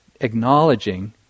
acknowledging